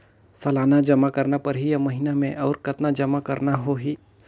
सालाना जमा करना परही या महीना मे और कतना जमा करना होहि?